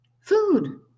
Food